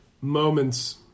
moments